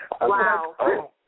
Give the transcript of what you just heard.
Wow